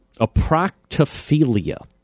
Aproctophilia